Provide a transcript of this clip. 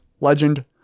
Legend